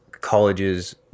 colleges